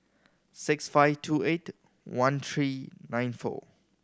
six five two eight one three nine four